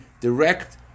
direct